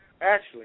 Ashley